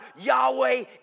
Yahweh